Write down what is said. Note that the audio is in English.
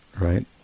right